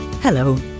Hello